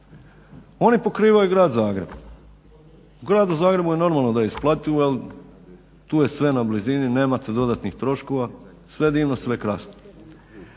oni pokrivaju Grad Zagreb. U Gradu Zagrebu je normalno da je isplativo jer tu je sve u blizini, nemate dodatnih troškova, sve je divno, sve je krasno.